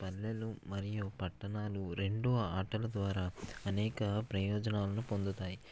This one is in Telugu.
పల్లెలు మరియు పట్టణాలు రెండు ఆటల ద్వారా అనేక ప్రయోజనాలను పొందుతాయి